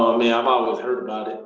man, i've always heard about it,